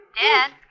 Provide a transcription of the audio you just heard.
Dad